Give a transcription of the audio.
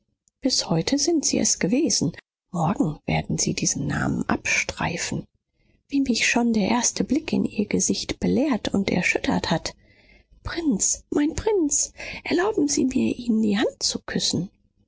bis heute sind sie es gewesen morgen werden sie diesen namen abstreifen wie mich schon der erste blick in ihr gesicht belehrt und erschüttert hat prinz mein prinz erlauben sie mir ihnen die hand zu küssen